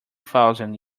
thousand